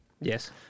Yes